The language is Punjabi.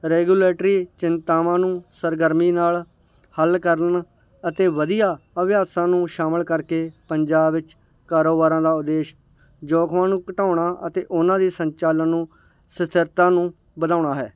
ਰੈਗੂਲੈਟਰੀ ਚਿੰਤਾਵਾਂ ਨੂੰ ਸਰਗਰਮੀ ਨਾਲ ਹੱਲ ਕਰਨ ਅਤੇ ਵਧੀਆ ਅਭਿਆਸਾਂ ਨੂੰ ਸ਼ਾਮਿਲ ਕਰਕੇ ਪੰਜਾਬ ਵਿੱਚ ਕਾਰੋਬਾਰਾਂ ਦਾ ਉਦੇਸ਼ ਜ਼ੋਖਿਮਾਂ ਨੂੰ ਘਟਾਉਣਾ ਅਤੇ ਉਹਨਾਂ ਦੀ ਸੰਚਾਲਨ ਨੂੰ ਸਥਿਰਤਾ ਨੂੰ ਵਧਾਉਣਾ ਹੈ